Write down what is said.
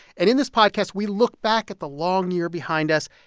and in this podcast, we look back at the long year behind us,